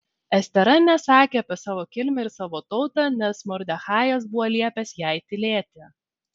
estera nesakė apie savo kilmę ir savo tautą nes mordechajas buvo liepęs jai tylėti